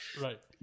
right